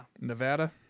nevada